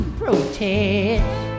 protest